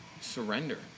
surrender